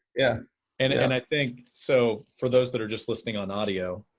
yeah and and i think so for those that are just listening on audio,